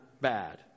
bad